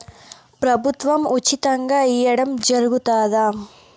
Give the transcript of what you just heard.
ప్రభుత్వం ఉచితంగా ఇయ్యడం జరుగుతాదా?